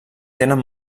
tenen